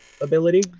ability